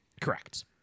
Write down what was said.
Correct